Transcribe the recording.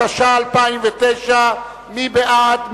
התש"ע 2009. מי בעד?